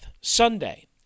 Sunday